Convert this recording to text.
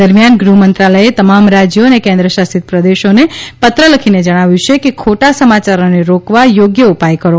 દરમ્યાન ગૃહ મંત્રાલયે તમામ રાજ્યો અને કેન્દ્રશાસિત પ્રદેશોને પત્ર લખીને જણાવ્યું છે કે ખોટા સમાચારોને રોકવા યોગ્ય ઉપાય કરો